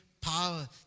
power